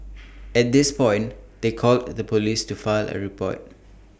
at this point they called the Police to file A report